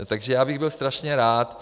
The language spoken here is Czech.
Takže já bych byl strašně rád...